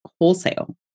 wholesale